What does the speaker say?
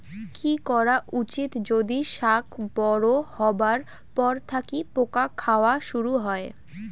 কি করা উচিৎ যদি শাক বড়ো হবার পর থাকি পোকা খাওয়া শুরু হয়?